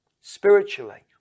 Spiritually